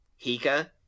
Hika